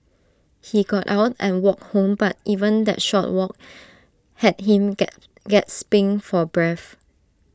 he got out and walked home but even that short walk had him get gasping for breath